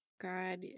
God